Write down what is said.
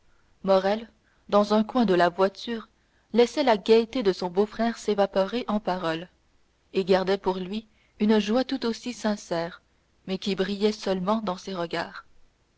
morrel dans un coin de la voiture laissait la gaieté de son beau-frère s'évaporer en paroles et gardait pour lui une joie tout aussi sincère mais qui brillait seulement dans ses regards